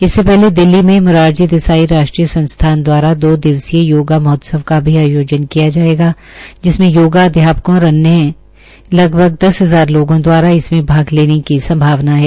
इससे पहले दिल्ली में मोरारजी देसाई राष्ट्रीय संस्थान द्वारा दो दिवसीय योगा महोत्सव का भी आयोजन किया जायेगा जिसमें योगा अध्यापकों और अन्य लगभग दस हजार लोगों द्वारा इसमे भाग लेने की संभावना है